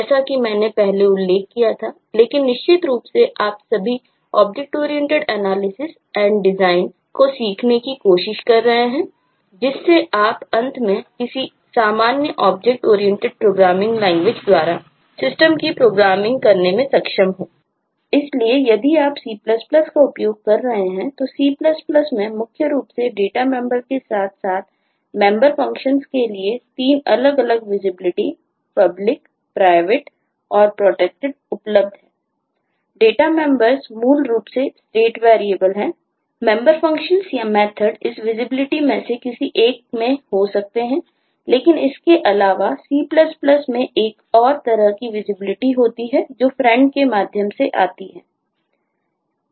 इसलिए यहाँ मैंने कुछ सामान्य लैंग्वेजेस के माध्यम से आती है